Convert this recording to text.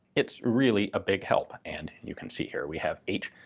it's really a big help. and you can see here we have h.